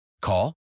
Call